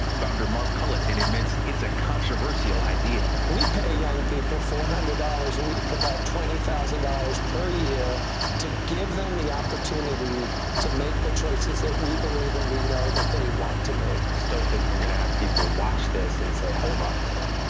founder mark cullerton admits it's a controversial idea. we pay young people four hundred dollars a week, about twenty thousand dollars per year to give them the opportunity to make the choices that we believe and we know that they want to make. i still think you'll have people watch this and say, hold on a minute.